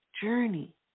journey